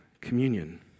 communion